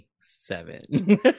seven